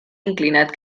inclinat